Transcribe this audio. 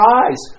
eyes